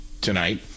tonight